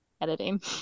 editing